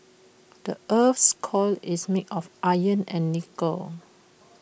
the Earth's core is made of iron and nickel